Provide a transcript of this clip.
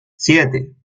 siete